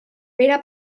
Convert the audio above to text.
pere